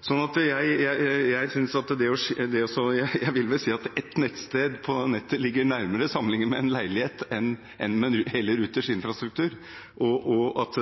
Jeg vil vel si at et nettsted ligger nærmere å sammenligne med en leilighet enn med hele Ruters infrastruktur, og